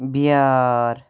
بِیار